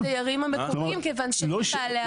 ביחס לדיירים המקומיים, כיוון שהם בעלי החובות.